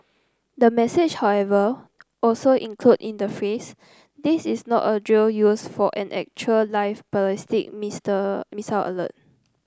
the message however also included in the phrase this is not a drill used for an actual live ballistic missile alert